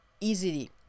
easily